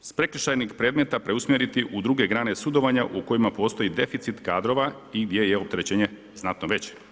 s prekršajnog predmeta preusmjeriti u druge grane sudovanja u kojima postoji deficit kadrova i gdje je opterećenje znatno veće.